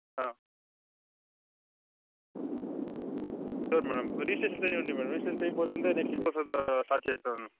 సరే madam registration చేయండి madam registration చేయిపోతుంటే నెక్స్ట్ ప్రాసెస్ స్టార్ట్ చేస్తాను